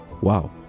Wow